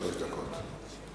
שלוש דקות.